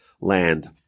land